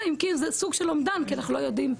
זה סוג של אומדן כי אנחנו לא יודעים.